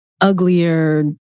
uglier